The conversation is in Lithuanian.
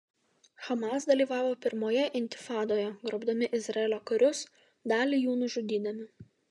hamas dalyvavo pirmoje intifadoje grobdami izraelio karius dalį jų nužudydami